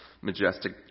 majestic